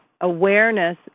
awareness